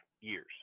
years